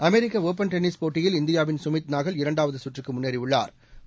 அமெிக்க open tennis போட்டியில் இந்தியாவின் சுமித்நாகல் இரண்டாவது கற்றுக்கு முன்னேறியுள்ளா்